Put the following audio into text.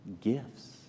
Gifts